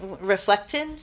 reflected